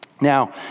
Now